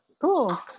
cool